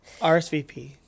RSVP